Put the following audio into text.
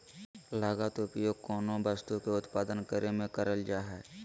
लागत उपयोग कोनो वस्तु के उत्पादन करे में करल जा हइ